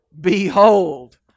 Behold